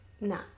no